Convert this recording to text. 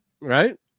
Right